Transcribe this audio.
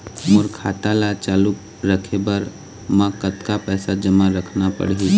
मोर खाता ला चालू रखे बर म कतका पैसा जमा रखना पड़ही?